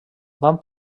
van